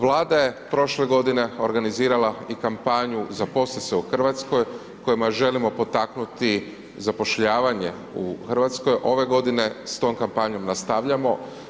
Vlada je prošle godine organizirala i kampanju „Zaposli se u Hrvatskoj“ kojima želimo potaknuti zapošljavanje u Hrvatskoj ove godine s tom kampanjom nastavljamo.